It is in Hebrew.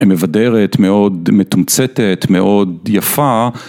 ‫היא מבדרת, מאוד מתומצתת, ‫מאוד יפה.